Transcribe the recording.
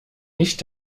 nicht